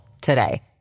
today